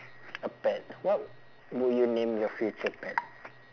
a pet what would you name your future pet